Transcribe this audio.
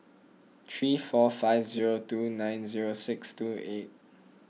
three four five zero two nine zero six two eight